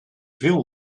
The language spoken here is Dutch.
veel